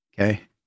Okay